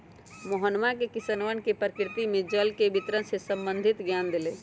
मोहनवा ने किसनवन के प्रकृति में जल के वितरण से संबंधित ज्ञान देलय